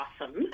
awesome